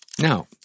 Now